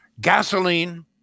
gasoline